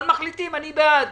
אבל מחליטים, אני בעד.